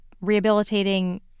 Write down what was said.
rehabilitating